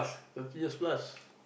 thirty years plus